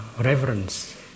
reverence